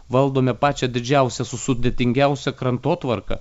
valdome pačią didžiausią su sudėtingiausią krantotvarką